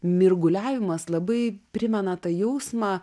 mirguliavimas labai primena tą jausmą